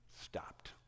stopped